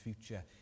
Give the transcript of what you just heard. future